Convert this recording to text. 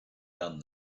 done